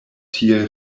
tiel